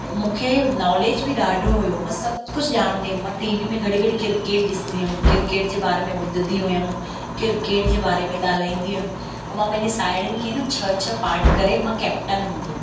मूंखे नॉलेज बि ॾाढो हुओ मां सभु कुझु ॼाणंदी हुयमि मां टी वी में घड़ी घड़ी क्रिकेट ॾिसंदी हुयमि क्रिकेट जे बारे में ॿुधंदी हुयमि क्रिकेट जे बारे में ॻाल्हाईंदी हुयमि पोइ मां पंहिंजी साहेड़ियुनि खे न छह छह पाट करे मां कैप्टन हूंदी हुयमि